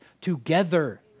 together